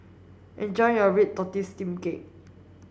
enjoy your red tortoise steamed cake